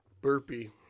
burpee